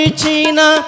china